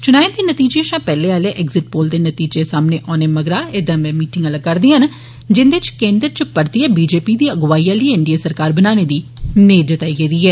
चुनाएं दे नतीजें शा पैहले आहले एग्ज़िट पोल्स दे नतीजे सामने औने मगरा एह दमै मीटिंगां लग्गा' रदिआं न जिंदे च केन्द्र च परतियै बी जे पी दी अगुवाई आहली एनडीए सरकार बनने दी मेद जताई गेदी ऐ